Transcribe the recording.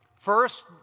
First